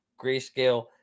grayscale